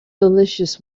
delicious